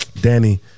Danny